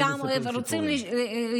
תמיד, שהרופאים, כי תמיד מספרים סיפורים.